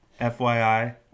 fyi